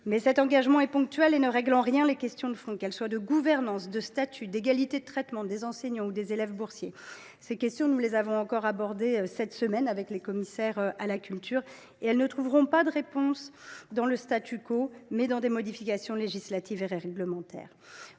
cet engagement est ponctuel et ne règle en rien les questions de fond, qu’elles soient de gouvernance, de statut, d’égalité de traitement des enseignants ou qu’elles concernent les élèves boursiers. Ces questions, que nous avons encore abordées cette semaine avec les commissaires à la culture, trouveront réponse non pas dans le, mais dans des modifications législatives et réglementaires.